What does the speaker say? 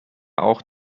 auch